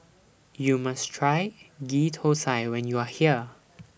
YOU must Try Ghee Thosai when YOU Are here